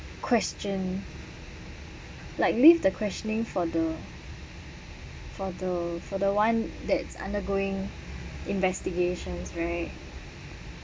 question like leave the questioning for the for the for the one that's undergoing investigations right